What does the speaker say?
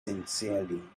sincerely